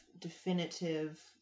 definitive